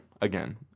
again